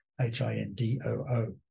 H-I-N-D-O-O